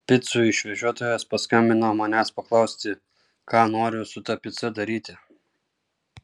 picų išvežiotojas paskambino manęs paklausti ką noriu su ta pica daryti